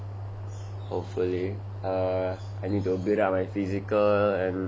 hopefully err I need to build up my physical and